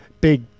big